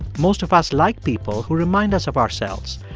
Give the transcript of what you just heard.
most of us like people who remind us of ourselves,